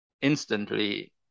instantly